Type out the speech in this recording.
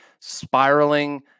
spiraling